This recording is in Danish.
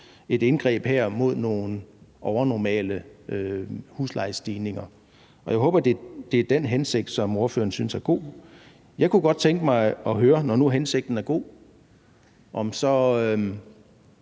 et indgreb her mod nogle overnormale huslejestigninger. Og jeg håber, det er den hensigt, som ordføreren synes er god. Jeg kunne godt tænke mig at høre, når nu hensigten er god, om